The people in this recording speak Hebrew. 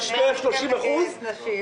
מה מונע מכם לגייס נשים?